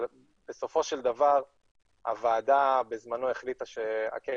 אבל בסופו של דבר הוועדה בזמנו החליטה שהקרן